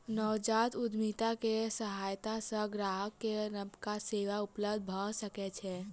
नवजात उद्यमिता के सहायता सॅ ग्राहक के नबका सेवा उपलब्ध भ सकै छै